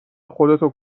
خودتو